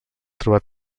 trobat